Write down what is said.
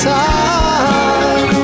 time